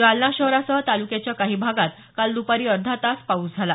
जालना शहरासह तालुक्याच्या काही भागात काल दपारी अर्धा तास पाऊस झाला